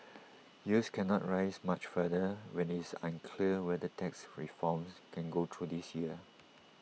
yields cannot rise much further when IT is unclear whether tax reforms can go through this year